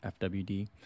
FWD